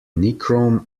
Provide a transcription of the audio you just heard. nichrome